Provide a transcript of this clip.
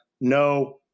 no